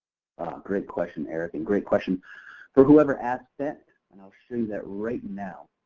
great question, eric. and great question for whoever asked that. and i'll show you that right now.